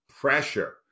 pressure